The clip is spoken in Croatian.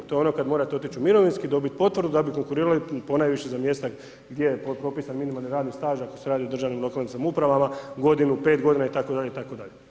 To je ono kad morate otići u mirovinski, dobiti potvrdu da bi konkurirali ponajviše za mjesta gdje je propisani minimalni radni staž ako se radi u državnim lokalnim samoupravama, godinu, 5 g. itd., itd.